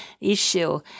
issue